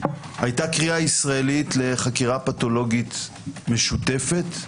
היתה קריאה ישראלית לחקירה פתולוגית משותפת.